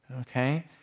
Okay